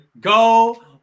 Go